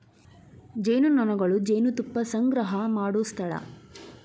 ಜೇನುನೊಣಗಳು ಜೇನುತುಪ್ಪಾ ಸಂಗ್ರಹಾ ಮಾಡು ಸ್ಥಳಾ